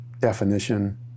definition